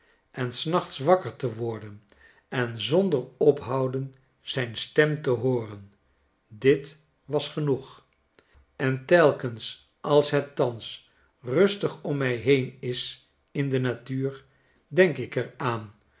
te kijken en'snachts wakker te worden en zonder ophouden zijn stem te hooren dit was genoeg en telkens als het thans rustigommij heen is in de natuur denk ik er aan